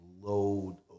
load